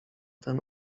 ten